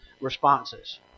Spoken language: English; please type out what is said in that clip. responses